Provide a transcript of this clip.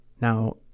Now